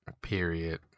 period